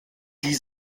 die